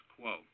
quo